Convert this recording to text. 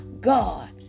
God